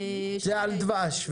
זה על דבש.